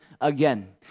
Again